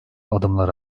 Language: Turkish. adımlar